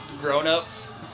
grown-ups